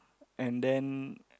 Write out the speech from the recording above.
and then